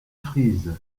frise